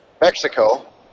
Mexico